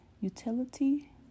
Utility